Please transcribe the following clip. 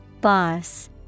Boss